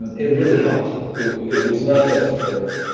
and it really helped. it it was not just for